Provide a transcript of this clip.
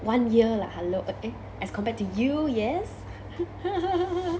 one year like hello a~ eh as compared to you yes